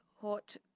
Hot